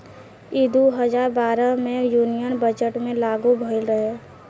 ई दू हजार बारह मे यूनियन बजट मे लागू भईल रहे